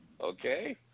Okay